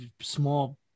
small